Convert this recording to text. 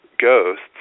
ghosts